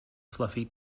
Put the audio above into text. fluffy